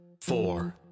four